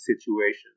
situation